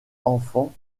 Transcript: enfants